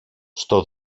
στο